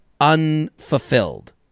unfulfilled